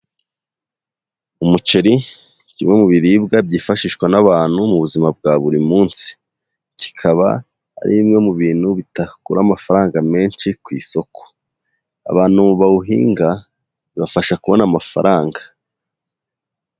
Umuceri, kimwe mu biribwa byifashishwa n'abantu mu buzima bwa buri munsi. Kikaba, arimwe mu bintu bitagura amafaranga menshi ku isoko. Abantu bawuhinga, bibafasha kubona amafaranga.